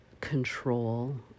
control